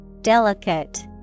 Delicate